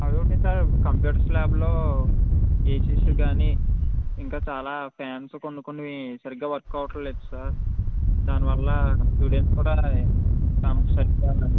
అది okay sir computers ల్యాబ్లో ACs కానీ ఇంకా చాలా ఫాన్స్ కొన్ని కొన్ని సరిగ్గా వర్క్ అవ్వట్లేదు సార్ దాని వల్ల స్టూడెంట్స్ కూడా సరిగ్గా